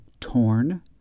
torn